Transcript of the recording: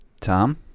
Tom